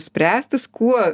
spręstis kuo